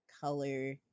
color